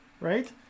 Right